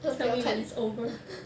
tell me when it's over